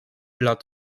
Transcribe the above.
lat